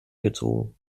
gezogen